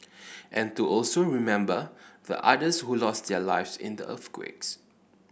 and to also remember the others who lost their lives in the earthquake